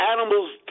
animals